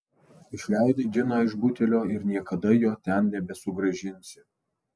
išleidai džiną iš butelio ir niekada jo ten nebesugrąžinsi